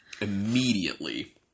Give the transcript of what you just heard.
immediately